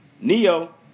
Neo